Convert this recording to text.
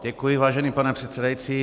Děkuji, vážený pane předsedající.